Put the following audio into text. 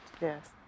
Yes